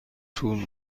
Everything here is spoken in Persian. طول